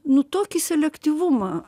nu tokį selektyvumą